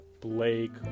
Blake